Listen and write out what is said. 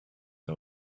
dat